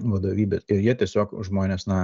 vadovybėj ir jie tiesiog žmonės na